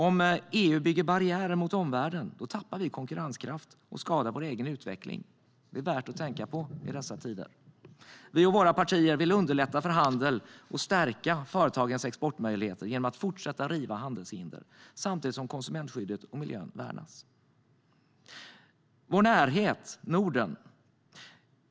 Om EU bygger barriärer mot omvärlden tappar vi konkurrenskraft och skadar vår egen utveckling. Det är värt att tänka på i dessa tider. Vi och våra partier vill underlätta för handel och stärka företagens exportmöjligheter genom att fortsätta att riva handelshinder samtidigt som konsumentskyddet och miljön värnas. Vår närhet är Norden.